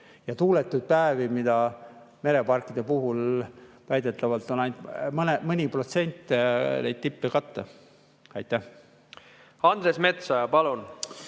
ja tuuletuid päevi, mida mereparkide puhul väidetavalt on ainult mõni protsent. Andres Metsoja, palun! Andres Metsoja, palun!